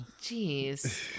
jeez